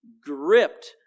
gripped